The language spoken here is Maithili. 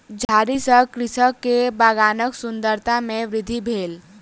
झाड़ी सॅ कृषक के बगानक सुंदरता में वृद्धि भेल